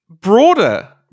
broader